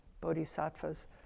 bodhisattvas